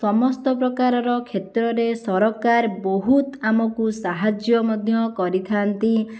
ସମସ୍ତ ପ୍ରକାରର କ୍ଷେତ୍ରରେ ସରକାର ବହୁତ ଆମକୁ ସାହାଯ୍ୟ ମଧ୍ୟ କରିଥାନ୍ତି